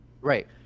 Right